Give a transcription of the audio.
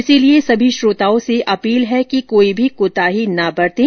इसलिए सभी श्रोताओं से अपील है कि कोई भी कोताही न बरतें